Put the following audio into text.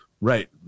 Right